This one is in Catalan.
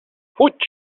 fuig